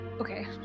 Okay